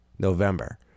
November